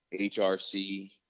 HRC